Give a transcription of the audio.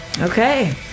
Okay